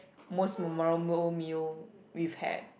most memorable meal we've had